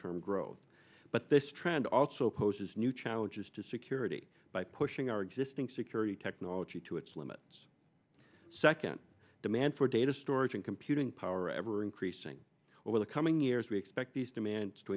term growth but this trend also poses new challenges to security by pushing our existing security technology to its limits second demand for data storage and computing power ever increasing over the coming years we expect these demands to